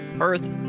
earth